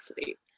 sleep